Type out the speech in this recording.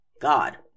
God